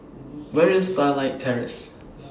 Where IS Starlight Terrace